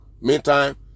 meantime